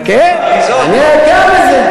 אולי אין אשפה, חכה, אני אגע בזה.